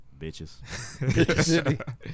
Bitches